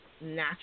natural